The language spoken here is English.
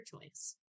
choice